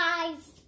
guys